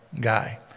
guy